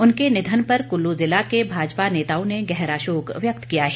उनके निधन पर कुल्लू जिला के भाजपा नेताओं ने गहरा शोक व्यक्त किया है